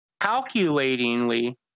calculatingly